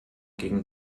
gegen